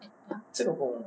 这个不懂